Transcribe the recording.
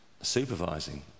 supervising